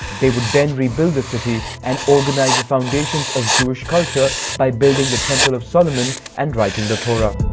they would then rebuild the city and organize the foundations of jewish culture by building the temple of solomon and writing the torah.